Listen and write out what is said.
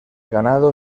ganado